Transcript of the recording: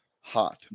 Hot